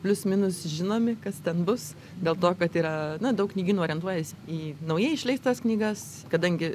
plius minus žinomi kas ten bus dėl to kad yra na daug knygynų orientuojasi į naujai išleistas knygas kadangi